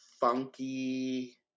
funky